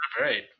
right